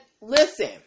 listen